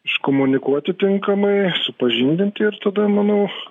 iškomunikuoti tinkamai supažindinti ir tada manau